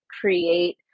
create